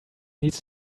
needs